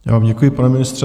Já vám děkuji, pane ministře.